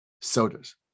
sodas